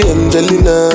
Angelina